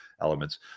elements